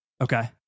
Okay